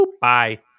bye